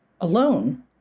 alone